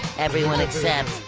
everyone except.